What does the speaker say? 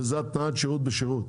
זה התניית שירות בשירות.